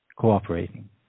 cooperating